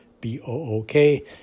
B-O-O-K